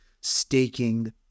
Staking